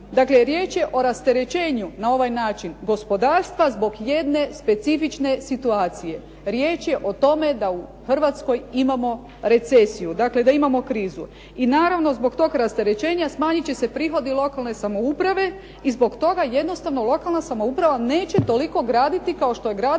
Dakle, riječ je o rasterećenju na ovaj način gospodarstva zbog jedne specifične situacije. Riječ je o tome da u Hrvatskoj imamo recesiju, dakle da imamo krizu. I naravno zbog tog rasterećenja smanjit će se prihodi lokalne samouprave i zbog toga jednostavno lokalna samouprava neće toliko graditi kao što je gradila